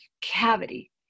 cavity